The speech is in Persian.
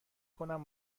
کنم